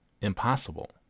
impossible